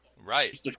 Right